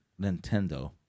Nintendo